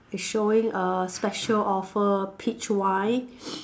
showing a special offer peach wine